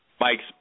Mike's